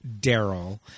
Daryl